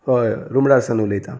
हय रुमडा सावन उलयता